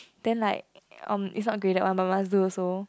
then like um it's not graded one lor just do also